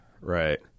right